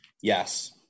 Yes